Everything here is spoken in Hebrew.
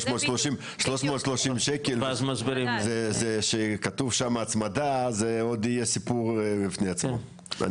330 שקל זה כתוב שמה הצמדה זה עוד יהיה סיפור בפני עצמו.